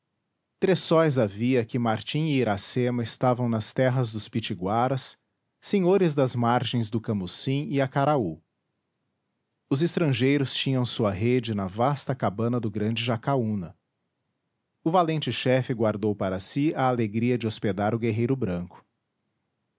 três sóis havia que martim e iracema estavam nas terras dos pitiguaras senhores das margens do camucim e acaraú os estrangeiros tinham sua rede na vasta cabana do grande jacaúna o valente chefe guardou para si a alegria de hospedar o guerreiro branco